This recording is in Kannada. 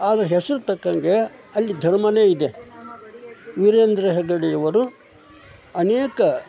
ಆದರೆ ಹೆಸ್ರು ತಕ್ಕಂಗೆ ಅಲ್ಲಿ ಧರ್ಮಾನೆ ಇದೆ ವೀರೇಂದ್ರ ಹೆಗ್ಗಡೆಯವರು ಅನೇಕ